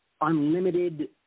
unlimited